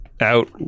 out